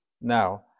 now